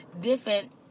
different